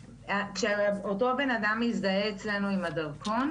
כשאותו בנאדם מזדהה אצלנו עם הדרכון